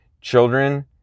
Children